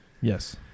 Yes